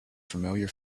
familiar